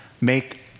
make